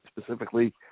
specifically